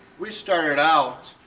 we started out,